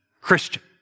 Christian